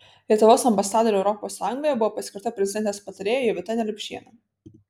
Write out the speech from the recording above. lietuvos ambasadore europos sąjungoje buvo paskirta prezidentės patarėja jovita neliupšienė